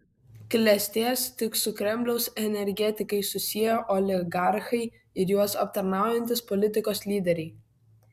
klestės tik su kremliaus energetikais susiję oligarchai ir juos aptarnaujantys politikos lyderiai